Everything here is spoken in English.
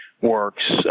works